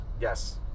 Yes